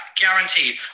guaranteed